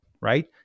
right